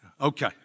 Okay